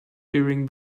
during